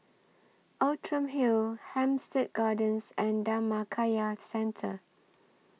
Outram Hill Hampstead Gardens and Dhammakaya Centre